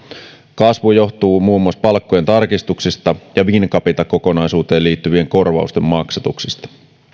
kasvu johtuu muun muassa palkkojen tarkistuksista ja wincapita kokonaisuuteen liittyvien korvausten maksatuksista